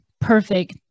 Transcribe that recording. perfect